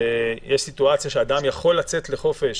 ויש סיטואציה שאדם יכול לצאת לחופשה